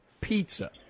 pizza